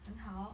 很好